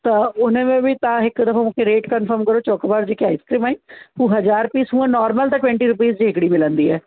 त उनमें बि तव्हां हिक दफ़ो मूंखे रेट कंफ़र्म करो चोकोबार जेकी आइसक्रीम आहिनि हू हज़ार पीस हूअं नॉर्मल त ट्वेंटी रुपीज जी हिकड़ी मिलंदी आहे